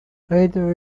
later